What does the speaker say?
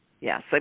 yes